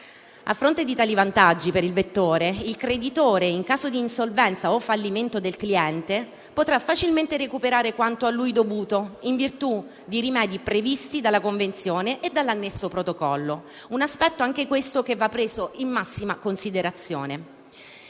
A fronte di tali vantaggi per il vettore, il creditore, in caso di insolvenza o fallimento del cliente, potrà facilmente recuperare quanto a lui dovuto in virtù di rimedi previsti dalla Convenzione e dall'annesso Protocollo: un aspetto anche questo che va preso in massima considerazione.